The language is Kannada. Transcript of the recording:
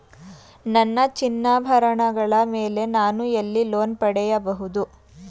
ನನ್ನ ಚಿನ್ನಾಭರಣಗಳ ಮೇಲೆ ನಾನು ಎಲ್ಲಿ ಲೋನ್ ಪಡೆಯಬಹುದು?